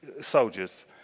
soldiers